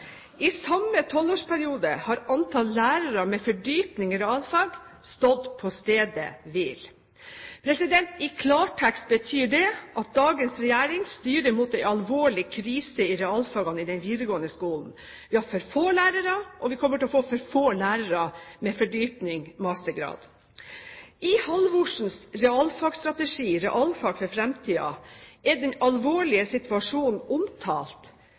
I samme tolvårsperiode har antall lærere med fordypning i realfag stått på stedet hvil. I klartekst betyr det at dagens regjering styrer mot en alvorlig krise i realfagene i den videregående skolen. Vi har for få lærere, og vi kommer til å få for få lærere med fordypning, mastergrad. I Halvorsens realfagsstrategi, «Realfag for framtida», er den alvorlige situasjonen omtalt.